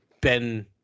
Ben